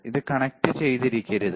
ഇത് കണക്റ്റുചെയ്തിരിക്കരുത്